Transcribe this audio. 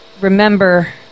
remember